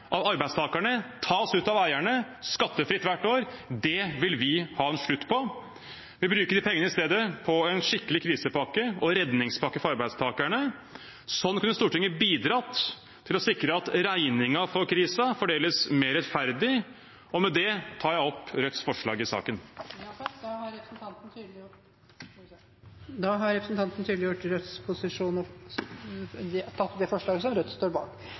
av de ekte verdiskaperne, av arbeidstakerne, tas ut av eierne skattefritt hvert år. Det vil vi ha en slutt på. Vi vil i stedet bruke de pengene på en skikkelig krisepakke og redningspakke for arbeidstakerne. Sånn kunne Stortinget bidratt til å sikre at regningen for krisen fordeles mer rettferdig. Med det tar jeg opp Rødts forslag i saken. Representanten Bjørnar Moxnes har tatt opp de forslagene han refererte til. Det blir replikkordskifte. Jeg synes det